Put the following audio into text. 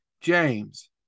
James